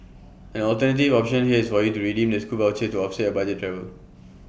an alternative option here is for you to redeem the scoot voucher to offset your budget travel